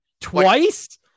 twice